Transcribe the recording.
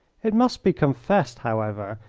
it must be confessed, however,